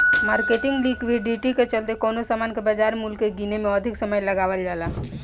marketing liquidity के चलते कवनो सामान के बाजार मूल्य के गीने में अधिक समय लगावल जाला